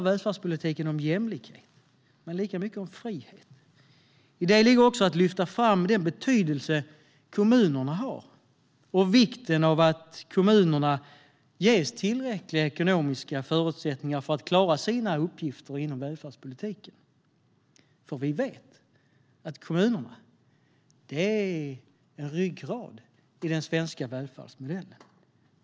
Välfärdspolitiken handlar om jämlikhet men lika mycket om frihet. I det ligger också att lyfta fram den betydelse kommunerna har och vikten av att kommunerna ges tillräckliga ekonomiska förutsättningar för att klara sina uppgifter inom välfärdspolitiken. Vi vet att kommunerna är en ryggrad i den svenska välfärdsmodellen.